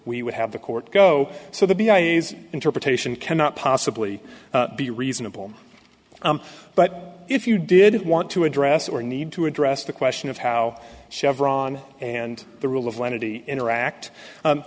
we would have the court go so the be id's interpretation cannot possibly be reasonable but if you did want to address or need to address the question of how chevron and the rule of lenity interact